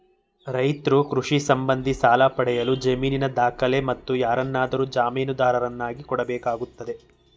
ರೈತ್ರು ಕೃಷಿ ಸಂಬಂಧಿ ಸಾಲ ಪಡೆಯಲು ಜಮೀನಿನ ದಾಖಲೆ, ಮತ್ತು ಯಾರನ್ನಾದರೂ ಜಾಮೀನುದಾರರನ್ನಾಗಿ ಕೊಡಬೇಕಾಗ್ತದೆ